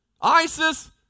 ISIS